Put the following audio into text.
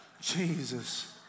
Jesus